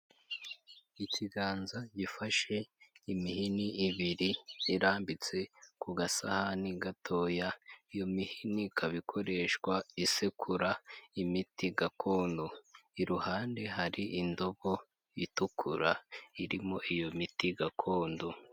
Ikiganza gifashe imihini ibiri irambitse ku gasahani gatoya, iyo mihini ikaba ikoreshwa isekura imiti gakondo, iruhande hari indobo itukura irimo iyo miti gakondo.